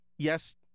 Yes